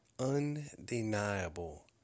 Undeniable